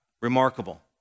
Remarkable